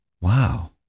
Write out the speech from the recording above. Wow